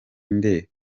nde